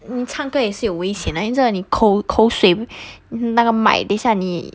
你唱歌也是有危险因为在你口口水那个麦等一下你